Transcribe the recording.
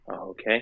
Okay